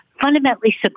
fundamentally